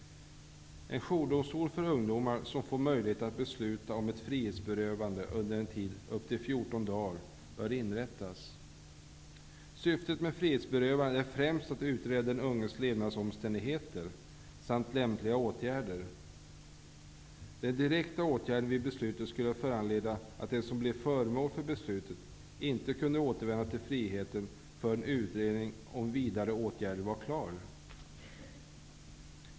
En jourdomstol för ungdomar som får möjlighet att besluta om ett frihetsberövande under en tid på upp till 14 dagar bör inrättas. Syftet med frihetsberövandet är främst att utreda den unges levnadsomständigheter samt lämpliga åtgärder. Den direkta åtgärden vid beslutet skulle föranleda att den som blev föremål för beslutet inte kunde återvända till friheten förrän utredning om vidare åtgärder var klar.